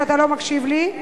שאתה לא מקשיב לי,